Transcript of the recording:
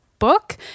book